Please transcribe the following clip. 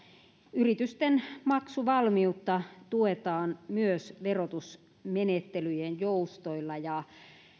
yritysten maksuvalmiutta tuetaan myös verotusmenettelyjen joustoilla